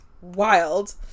wild